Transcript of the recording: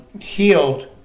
healed